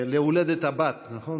להולדת הבת, נכון?